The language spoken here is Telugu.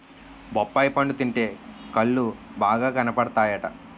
బొప్పాయి పండు తింటే కళ్ళు బాగా కనబడతాయట